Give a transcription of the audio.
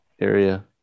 area